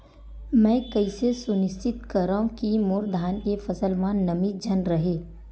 मैं कइसे सुनिश्चित करव कि मोर धान के फसल म नमी झन रहे?